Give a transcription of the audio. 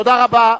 תודה רבה.